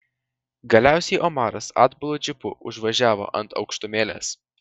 galiausiai omaras atbulu džipu užvažiavo ant aukštumėlės